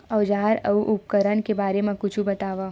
औजार अउ उपकरण के बारे मा कुछु बतावव?